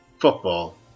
football